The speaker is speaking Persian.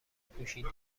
پوشیدی